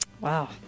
Wow